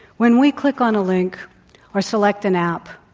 when we click on a link or select an app,